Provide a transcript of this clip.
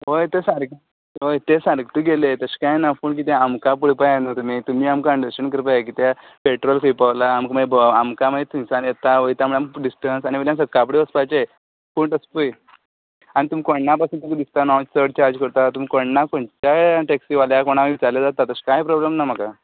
वय तें सारकें होय तें सारकें तुगेलें तशें कांय ना पूण कितें आमकां पळोवपाक जाय न्ही तुमी तुमीय आमकां अंडरस्टेंड करपा जाय कित्याक पेट्रोल खंय पावलां आमकां मागीर ब आमकां थंयसान येता वयता म्हण आमकां भित्तन आसा आनी सक्काळ फुडें येवपाचें पूण पय आनी तुम् कोण्णाक दिसता न्हू हांव चड चार्ज करता तुम कोणाक खंयच्याय टॅक्सीवाल्याक कोणाक विचारल्यार जाता तशें कांय प्रोब्लम ना म्हाका